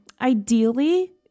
ideally